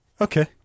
Okay